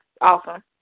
Awesome